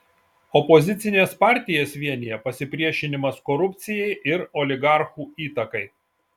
opozicines partijas vienija pasipriešinimas korupcijai ir oligarchų įtakai